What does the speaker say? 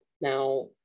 now